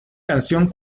canción